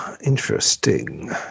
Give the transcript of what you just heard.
interesting